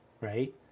right